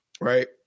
right